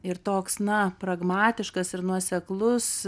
ir toks na pragmatiškas ir nuoseklus